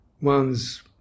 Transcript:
one's